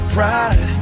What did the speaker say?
Pride